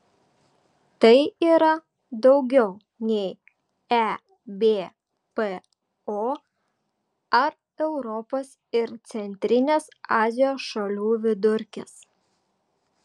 tai yra daugiau nei ebpo ar europos ir centrinės azijos šalių vidurkis